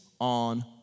on